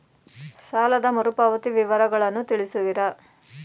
ಸಾಲದ ಮರುಪಾವತಿ ವಿವರಗಳನ್ನು ತಿಳಿಸುವಿರಾ?